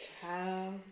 child